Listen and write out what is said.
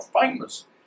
famous